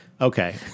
Okay